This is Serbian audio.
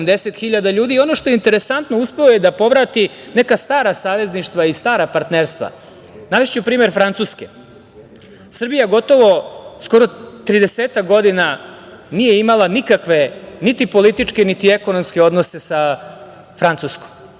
hiljada ljudi. Ono što je interesantno, uspeo je da povrati neka stara savezništva i stara partnerstva. Navešću primer Francuske. Srbija gotovo skoro 30-ak godina nije imala nikakve niti političke, niti ekonomske odnose sa Francuskom.